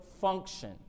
function